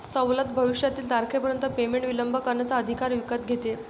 सवलत भविष्यातील तारखेपर्यंत पेमेंट विलंब करण्याचा अधिकार विकत घेते